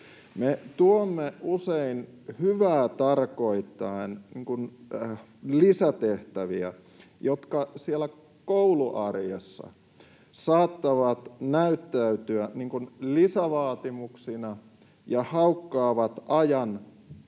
Me tuomme usein hyvää tarkoittaen lisätehtäviä, jotka siellä kouluarjessa saattavat näyttäytyä lisävaatimuksina ja haukkaavat